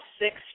six